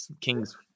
King's